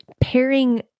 pairing